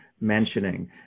mentioning